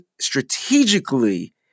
strategically